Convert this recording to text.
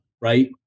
right